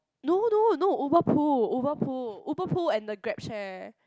no no no Uber pool Uber pool Uber pool and the Grab share